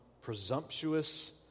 presumptuous